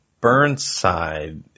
Burnside